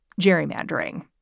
gerrymandering